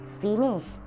finish